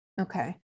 Okay